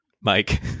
Mike